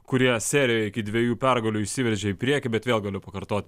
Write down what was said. kurie serijoj iki dviejų pergalių išsiveržė į priekį bet vėl galiu pakartot